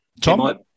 Tom